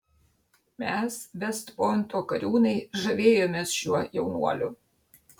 mes vest pointo kariūnai žavėjomės šiuo jaunuoliu